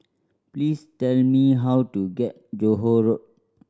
please tell me how to get Johore Road